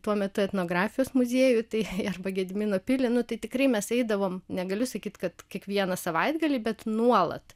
tuo metu etnografijos muziejuj tai arba į gedimino pilį nu tai tikrai mes eidavome negaliu sakyti kad kiekvieną savaitgalį bet nuolat